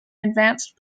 advanced